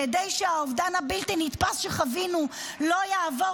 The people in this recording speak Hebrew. כדי שהאובדן הבלתי-נתפס שחווינו לא יעבור